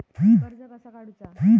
कर्ज कसा काडूचा?